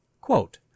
Quote